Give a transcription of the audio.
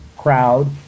crowd